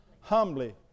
Humbly